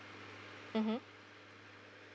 mmhmm